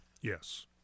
Yes